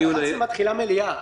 ב-11:00 מתחילה מליאה,